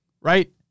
right